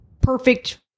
perfect